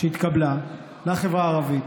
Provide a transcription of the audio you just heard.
שהתקבלה לחברה הערבית,